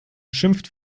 schimpft